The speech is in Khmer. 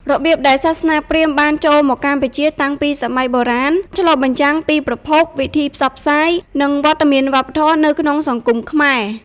របៀបដែលសាសនាព្រាហ្មណ៍បានចូលមកកម្ពុជាតាំងពីសម័យបុរាណ ឆ្លុះបញ្ចាំងពីប្រភព វិធីផ្សព្វផ្សាយ និងវត្តមានវប្បធម៌នៅក្នុងសង្គមខ្មែរ។